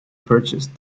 purchased